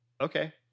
Okay